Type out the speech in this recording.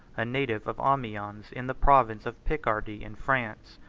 a native of amiens, in the province of picardy in france.